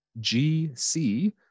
GC